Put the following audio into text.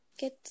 get